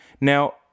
Now